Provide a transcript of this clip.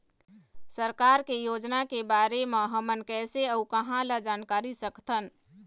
सरकार के योजना के बारे म हमन कैसे अऊ कहां ल जानकारी सकथन?